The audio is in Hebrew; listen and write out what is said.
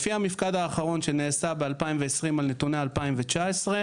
לפי המפקד האחרון שנעשה ב-2020 על נתוני 2019,